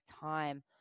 time